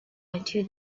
into